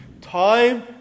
Time